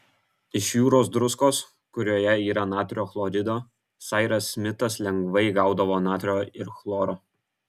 iš jūros druskos kurioje yra natrio chlorido sairas smitas lengvai gaudavo natrio ir chloro